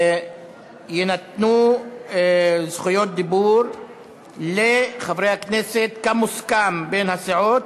יינתנו זכויות דיבור לחברי הכנסת כמוסכם בין הסיעות,